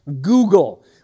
Google